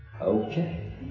Okay